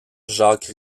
jacques